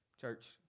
Church